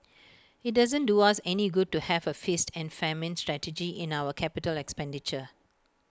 IT doesn't do us any good to have A feast and famine strategy in our capital expenditure